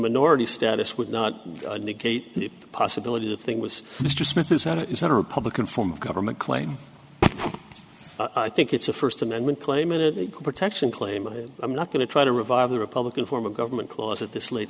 minority status would not negate the possibility the thing was mr smith is that it is not a republican form of government claim i think it's a first amendment claim it protection claim and i'm not going to try to revive the republican form of government clause at this late